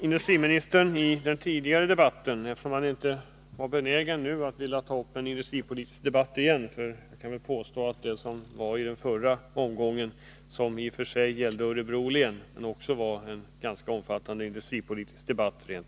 Industriministern är inte benägen att på nytt ta upp en industripolitisk debatt eftersom interpellationen om den industriella verksamheten i Örebro län nyss föranledde en sådan.